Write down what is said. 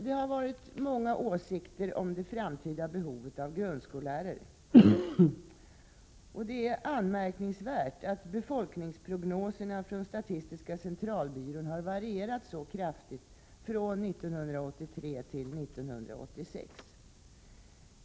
Det har varit många åsikter om det framtida behovet av grundskollärare. Det är anmärkningsvärt att befolkningsprognoserna från statistiska centralbyrån varierat så kraftigt från 1983 till 1986.